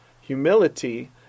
humility